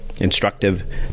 instructive